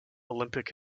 olympic